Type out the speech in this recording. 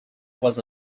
was